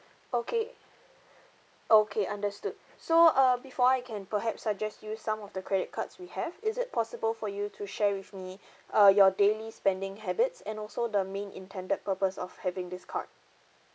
okay okay understood so uh before I can perhaps suggest you some of the credit cards we have is it possible for you to share with me uh your daily spending habits and also the main intended purpose of having this card